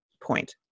point